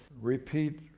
repeat